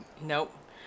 nope